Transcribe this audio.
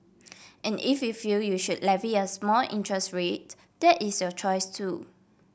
and if you feel you should levy a small interest rate that is your choice too